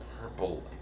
purple